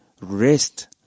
rest